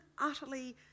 utterly